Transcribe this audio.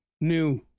new